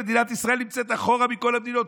מדינת ישראל נמצאת אחורה מכל המדינות.